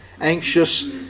anxious